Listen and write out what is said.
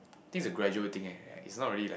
think is a gradual thing eh is not really like